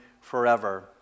forever